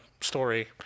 story